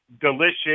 delicious